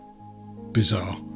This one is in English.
Bizarre